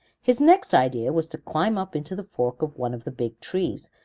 his next idea was to climb up into the fork of one of the big trees,